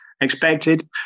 Expected